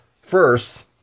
First